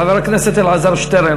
חבר הכנסת אלעזר שטרן,